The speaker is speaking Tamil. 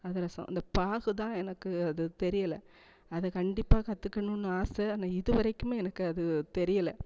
அதிரசம் அந்த பாகுதான் எனக்கு அது தெரியலை அது கண்டிப்பாக கற்றுக்கணுன்னு ஆசை ஆனால் இது வரைக்குமே எனக்கு அது தெரியலை